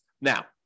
Now